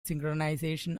synchronization